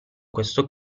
questo